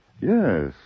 Yes